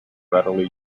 readily